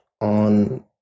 on